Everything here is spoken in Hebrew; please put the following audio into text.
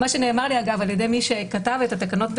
מה שנאמר לי על ידי מי שכתב את התקנות,